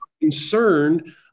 concerned